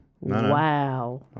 Wow